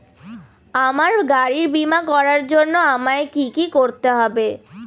আমার গাড়ির বীমা করার জন্য আমায় কি কী করতে হবে?